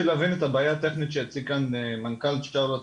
להבין את הבעיה הטכנית שהציג כאן מנכ"ל 'צ'רלטון',